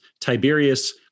Tiberius